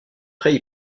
prêts